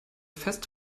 fest